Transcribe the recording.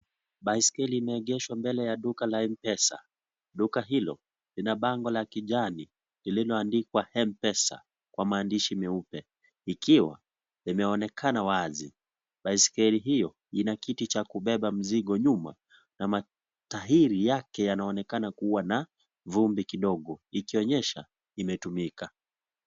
Baisikeli imeegeshwa mbele ya duka la M-PESA duka hilo lina bango la kijani lililoandikwa M-PESA kwa maandishi meupe ikiwa imeonekana wazi, baiskeli hiyo ina kiti cha kubeba mzigo nyuma na matahiri yake yanaonekana kuwa na vumbi kidogo ikionyesha imetumika.